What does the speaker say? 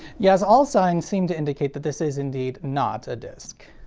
yes all signs seem to indicate that this is indeed not a disc.